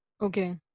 okay